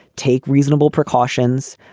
take reasonable precautions,